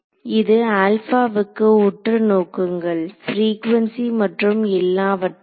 இது ஆல்பாவுக்கு உற்று நோக்குங்கள் ப்ரீகுவன்சி மற்றும் எல்லாவற்றையும்